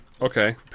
okay